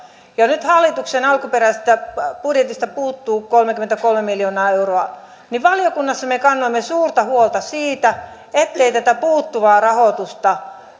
ja nyt hallituksen alkuperäisestä budjetista puuttuu kolmekymmentäkolme miljoonaa euroa niin valiokunnassa me kannamme suurta huolta siitä ettei tätä puuttuvaa rahoitusta